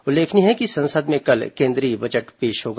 उल्लेखनीय है कि संसद में कल केन्द्रीय बजट पेश होगा